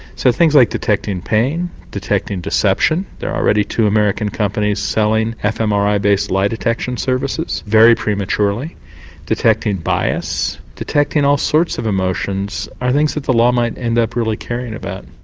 so things like detecting pain, detecting deception there are already two american companies selling fmri based lie detection services, very prematurely detecting bias, detecting all sorts of emotions, are things that the law might end up really caring about.